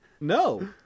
No